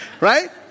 right